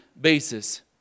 basis